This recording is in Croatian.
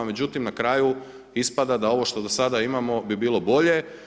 Međutim na kraju ispada da ovo što do sada imamo bi bilo bolje.